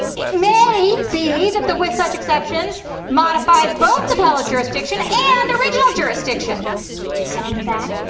it may be that the with such exceptions modifies both appellate jurisdiction and original jurisdiction and, in fact,